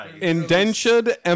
Indentured